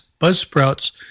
Buzzsprouts